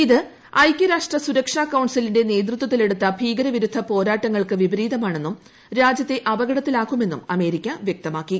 ഇത് ഐക്യരാഷ്ട്ര സുരക്ഷാ കൌൺസിലിന്റെ നേതൃത്വത്തിലെടുത്ത ഭീകര വിരുദ്ധ പോരാട്ടങ്ങൾക്ക് വിപരീതമാണെന്നും രാജ്യത്തെ അപകടത്തിലാക്കുമെന്നും അമേരിക്ക വ്യക്തമാക്കി